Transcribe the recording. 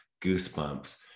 goosebumps